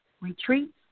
retreats